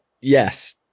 yes